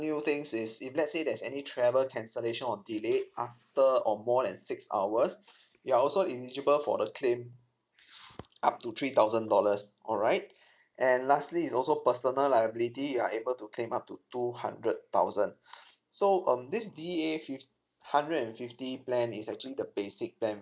new things is if let's say there's any travel cancellation or delay after or more than six hours you're also eligible for the claim up to three thousand dollars alright and lastly is also personal liability you are able to claim up to two hundred thousand so um this D A fif~ hundred and fifty plan is actually the basic plan